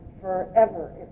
forever